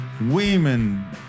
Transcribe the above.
women